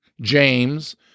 James